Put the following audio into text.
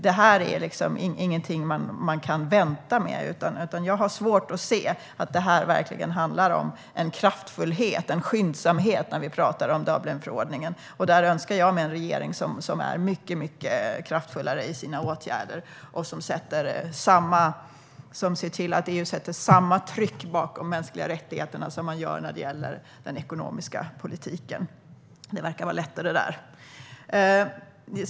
Det här är liksom ingenting man kan vänta med, och jag har svårt att se att det verkligen handlar om en kraftfullhet, en skyndsamhet när vi talar om Dublinförordningen. Jag önskar mig en regering som är mycket, mycket kraftfullare i sina åtgärder och som ser till att EU sätter samma tryck bakom mänskliga rättigheter som man gör när det gäller den ekonomiska politiken. Det verkar vara lättare där.